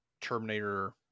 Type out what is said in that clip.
Terminator